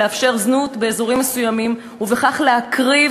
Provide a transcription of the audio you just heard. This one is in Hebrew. לאפשר זנות באזורים מסוימים ובכך להקריב